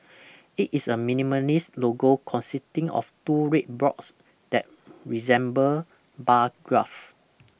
it is a minimalist logo consisting of two red blocks that resemble bar graphs